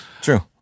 true